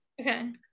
okay